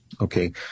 Okay